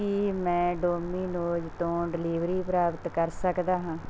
ਕੀ ਮੈਂ ਡੋਮੀਨੋਜ ਤੋਂ ਡਿਲੀਵਰੀ ਪ੍ਰਾਪਤ ਕਰ ਸਕਦਾ ਹਾਂ